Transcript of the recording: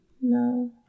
No